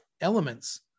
elements